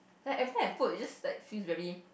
then every time I put it just like feels very